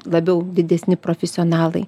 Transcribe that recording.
labiau didesni profesionalai